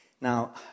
Now